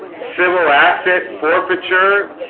civil asset forfeiture